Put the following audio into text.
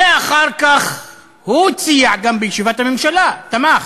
ואחר כך הוא הציע גם בישיבת הממשלה, תמך,